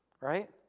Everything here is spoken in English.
Right